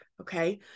Okay